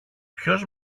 ποιος